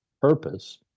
purpose